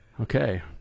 Okay